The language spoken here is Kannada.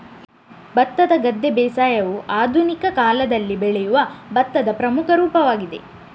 ಭತ್ತದ ಗದ್ದೆ ಬೇಸಾಯವು ಆಧುನಿಕ ಕಾಲದಲ್ಲಿ ಬೆಳೆಯುವ ಭತ್ತದ ಪ್ರಮುಖ ರೂಪವಾಗಿದೆ